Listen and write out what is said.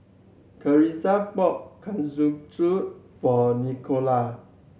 Carisa bought Kalguksu for Nikolai